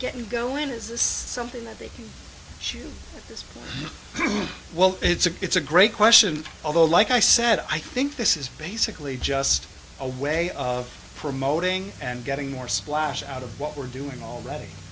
getting go in is this something that they can choose as well it's a it's a great question although like i said i think this is basically just a way of promoting and getting more splash out of what we're doing already